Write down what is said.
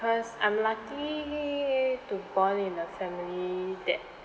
cause I'm lucky to born in a family that